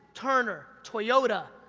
turner, toyota,